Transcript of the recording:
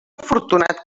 afortunat